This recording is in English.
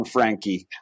Frankie